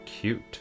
cute